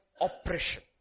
oppression